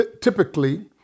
typically